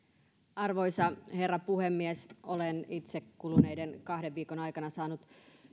arvoisa herra puhemies olen itse kuluneiden kahden viikon aikana saanut